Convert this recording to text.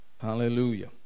Hallelujah